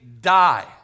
die